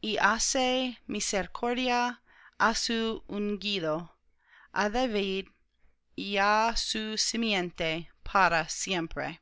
y hace misericordia á su ungido a david y á su simiente para siempre